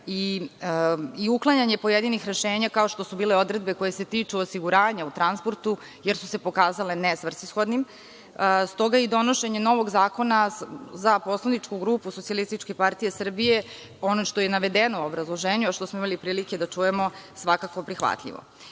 i uklanjanje pojedinih rešenja, kao što su bile odredbe koje se tiču osiguranja u transportu, jer su se pokazale nesvrsishodnim. Stoga je i donošenje novog zakona za poslaničku grupu SPS, ono što je navedeno u obrazloženju, a što smo imali prilike da čujemo, svakako prihvatljivo. Ovaj